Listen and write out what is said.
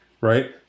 right